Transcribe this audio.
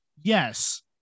yes